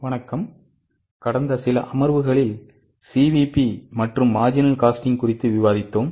வணக்கம் கடந்த சில அமர்வுகளில் CVP மற்றும் marginal costing குறித்து விவாதித்தோம்